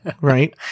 right